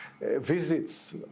Visits